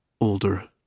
older